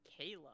Kayla